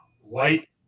White